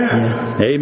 Amen